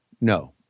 No